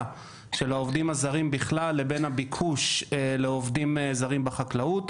של העובדים הזרים בכלל לבין הביקוש לעובדים זרים בחקלאות.